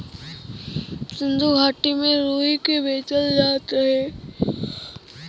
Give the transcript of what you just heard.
सिन्धु घाटी में रुई के बेचल जात रहे